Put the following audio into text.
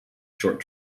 short